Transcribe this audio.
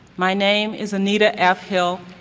my name is anita f. hill.